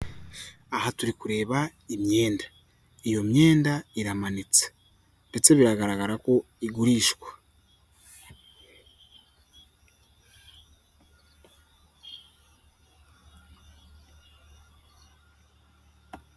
Aha turi kureba imyenda, iyo myenda iramanitse ndetse biragaragara ko igurishwa.